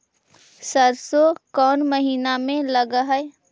सरसों कोन महिना में लग है?